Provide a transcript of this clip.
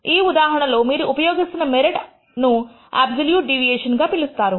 ఈ ఉదాహరణలో మీరు ఉపయోగిస్తున్న మెరిట్ ను ఆబ్సొల్యూట్ డీవియేషన్ అని పిలుస్తారు